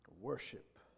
worship